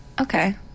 Okay